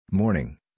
Morning